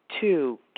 Two